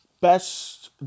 Best